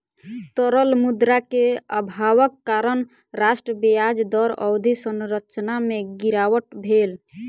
तरल मुद्रा के अभावक कारण राष्ट्रक ब्याज दर अवधि संरचना में गिरावट भेल